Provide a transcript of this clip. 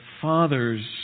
fathers